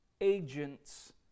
agents